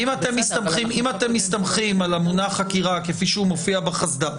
אם אתם מסתמכים על המונח חקירה כפי שהוא מופיע בחסד"פ,